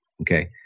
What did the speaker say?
Okay